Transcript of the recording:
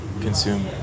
consume